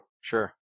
Sure